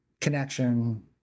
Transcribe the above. connection